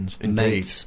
Indeed